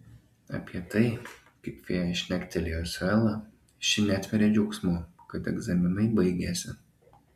apie tai kaip fėja šnektelėjo su ela ši netveria džiaugsmu kad egzaminai baigėsi